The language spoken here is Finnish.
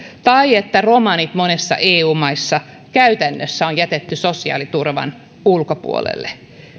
tai että romanit monissa eu maissa on jätetty käytännössä sosiaaliturvan ulkopuolelle